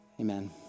Amen